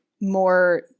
more